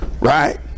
Right